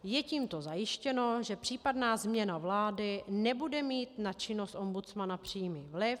Je tímto zajištěno, že případná změna vlády nebude mít na činnost ombudsmana přímý vliv.